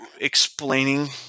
explaining